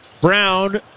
Brown